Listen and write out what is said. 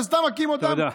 סתם מכים אותם,